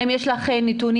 האם יש לך נתונים?